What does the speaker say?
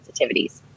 sensitivities